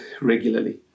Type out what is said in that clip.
regularly